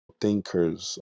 thinkers